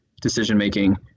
decision-making